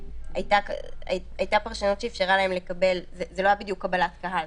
הייתה פרשנות שאפשרה להם לקבל זה לא היה בדיוק קבלת קהל,